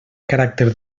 caràcter